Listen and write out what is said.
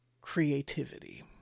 creativity